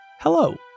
Hello